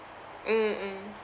mm mm